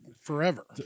Forever